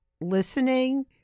listening